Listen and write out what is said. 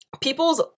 people's